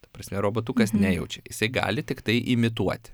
ta prasme robotukas nejaučia jisai gali tiktai imituoti